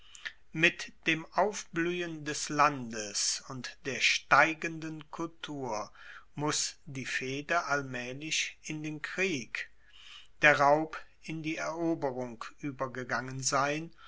mit dem aufbluehen des landes und der steigenden kultur muss die fehde allmaehlich in den krieg der raub in die eroberung uebergegangen sein